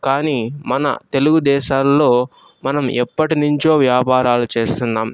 కానీ మన తెలుగు దేశాలలో మనం ఎప్పటి నించో వ్యాపారాలు చేస్తున్నాం